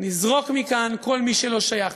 נזרוק מכאן מי שלא שייך.